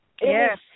Yes